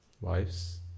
wives